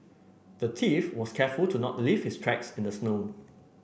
the thief was careful to not leave his tracks in the snow